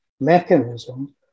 Mechanism